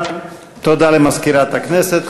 תודה למזכירת הכנסת.